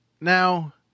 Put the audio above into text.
Now